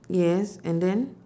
yes and then